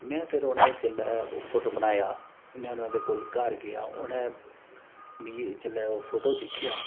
में फिर उनेंगी जेल्लै ओह् फोटो बनाया में उनै दे कोल घर गेआ उनें मिगी जेल्लै ओह् फोटो दिक्खेआ